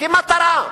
כמטרה,